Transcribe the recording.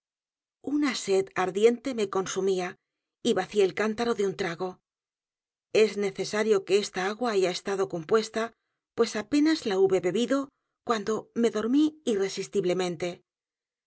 una sed ardiente me consumía y vacié el cántaro de un trago es necesario que esta agua haya estado compuesta pues apenas la hube bebido cuando me dormí irresistiblemente